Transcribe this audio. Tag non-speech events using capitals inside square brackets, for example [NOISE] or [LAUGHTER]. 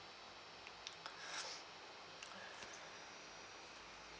[BREATH]